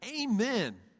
Amen